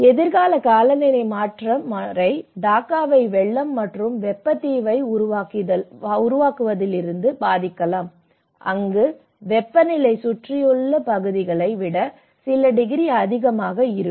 எதிர்கால காலநிலை மாற்ற முறை டாக்காவை வெள்ளம் மற்றும் வெப்ப தீவை உருவாக்குவதிலிருந்து பாதிக்கலாம் அங்கு வெப்பநிலை சுற்றியுள்ள பகுதிகளை விட சில டிகிரி அதிகமாக இருக்கும்